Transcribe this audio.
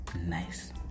nice